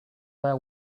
their